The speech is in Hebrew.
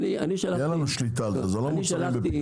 אין לנו שליטה על זה, אלו לא מוצרים בפיקוח.